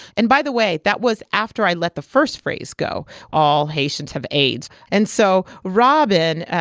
and by the way, that was after i let the first phrase go all haitians have aids. and so robin,